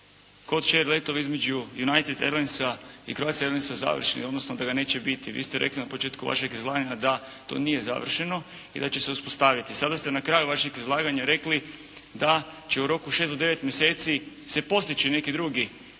shared letovi između United Airlinesa i Croatia Airlinesa završeni, odnosno da ga neće biti. Vi ste rekli na početku vašeg izlaganja da to nije završeno i da će se uspostaviti. Sada ste na kraju vašeg izlaganja rekli da će u roku 6 do 9 mjeseci se postići neki drugi